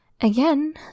Again